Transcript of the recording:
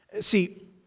See